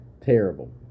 terrible